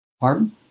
Pardon